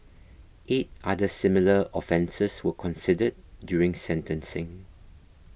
eight other similar offences were considered during sentencing